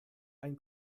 ein